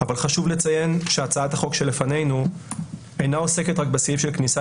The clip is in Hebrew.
אבל חשוב לציין שהצעת החוק שלפנינו אינה עוסקת רק בסעיף של כניסה